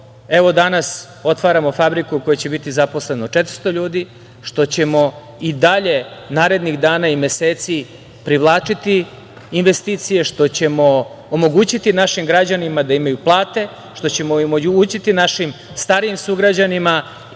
evo, danas otvaramo fabriku u kojoj će biti zaposleno 400 ljudi, što ćemo i dalje narednih dana i meseci privlačiti investicije, što ćemo omogućiti našim građanima da imaju plate, što ćemo omogućiti našim starijim sugrađanima